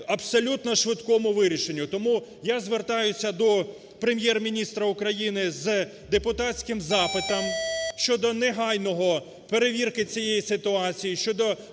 абсолютно швидкому вирішенню. Тому я звертаюся до Прем’єр-міністра України з депутатським запитом щодо негайної перевірки цієї ситуації, щодо,